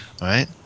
right